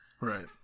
Right